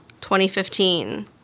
2015